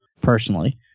personally